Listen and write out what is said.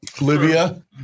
Libya